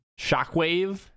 Shockwave